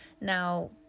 Now